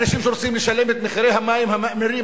אנשים שרוצים לשלם את מחירי המים המאמירים,